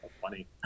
funny